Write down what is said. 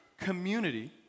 community